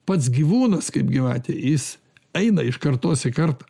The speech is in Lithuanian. pats gyvūnas kaip gyvatė jis eina iš kartos į kartą